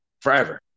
Forever